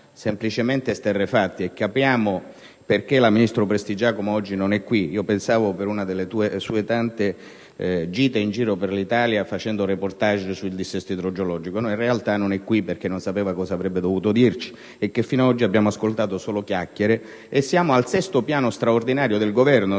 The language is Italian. semplicemente esterrefatti, e capiamo perché il ministro Prestigiacomo oggi non è qui. Pensavo fosse assente per una delle sue tante gite in giro per l'Italia per fare *reportage* sul dissesto idrogeologico: no, in realtà non è qui perché non sapeva cosa avrebbe dovuto dirci. Fino ad oggi abbiamo ascoltato solo chiacchiere, e siamo al settimo piano straordinario del Governo,